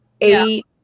Eight